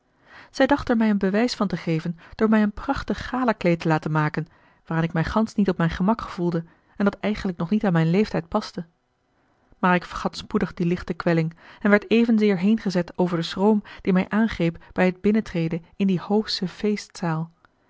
dacht er mij een bewijs van te geven door mij een prachtig galakleed te laten maken waarin ik mij gansch niet op mijn gemak gevoelde en dat eigenlijk nog niet aan mijn leeftijd paste maar ik vergat spoedig die lichte kwelling en werd evenzeer heengezet over den schroom die mij aangreep bij het binnentreden in de hoofsche feestzaal